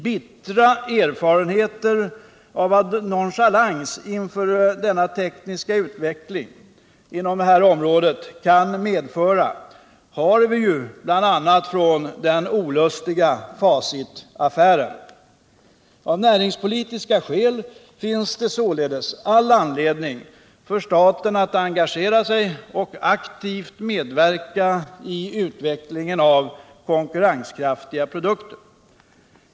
Bittra erfarenheter av vad nonchalans inför den tekniska utvecklingen på detta område kan medföra har vi ju bl.a. från den olustiga Facitaffären. Av näringspolitiska skäl finns det således all anledning för staten att engagera sig och aktivt medverka i utvecklingen av konkurrenskraftiga produkter.